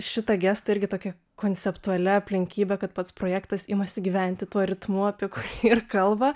šitą gestą irgi tokia konceptualia aplinkybe kad pats projektas imasi gyventi tuo ritmu apie kurį ir kalba